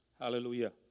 Hallelujah